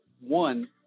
one